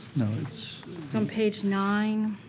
it's on page nine.